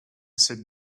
sit